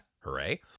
Hooray